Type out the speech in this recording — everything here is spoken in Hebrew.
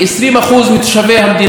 אנחנו הקורבן שלה,